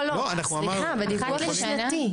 לא, בדיווח השנתי.